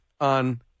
on